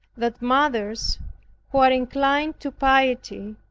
that mothers who are inclined to piety,